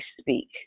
speak